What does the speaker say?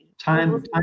time